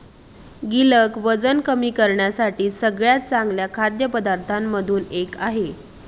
गिलक वजन कमी करण्यासाठी सगळ्यात चांगल्या खाद्य पदार्थांमधून एक आहे